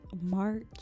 March